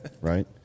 right